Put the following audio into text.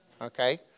Okay